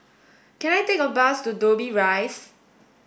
can I take a bus to Dobbie Rise